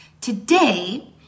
Today